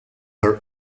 her